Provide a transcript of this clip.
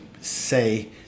say